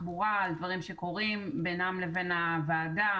התחבורה על דברים שקורים בינם לבין הוועדה.